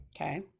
Okay